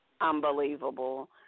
unbelievable